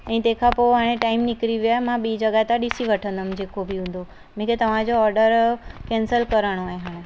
ऐं तंहिंखां पोइ हाणे टाइम निकिरी वियो आहे मां ॿी जॻह था ॾिसी वठंदमि जेको बि हूंदो मूंखे तव्हांजो ऑडर कैंसिल करिणो आहे हाणे